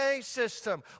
system